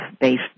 based